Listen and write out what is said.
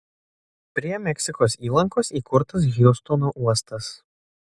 prie meksikos įlankos įkurtas hjustono uostas